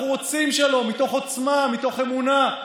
אנחנו רוצים שלום מתוך עוצמה, מתוך אמונה,